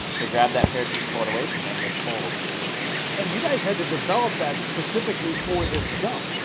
to grab that parachute and pull it away from him, this pole will keep it away from him. and you guys had to develop that specifically for this jump.